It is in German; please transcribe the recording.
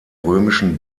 römischen